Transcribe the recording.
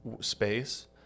space